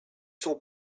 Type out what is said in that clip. sont